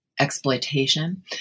exploitation